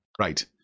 right